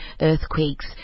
earthquakes